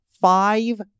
five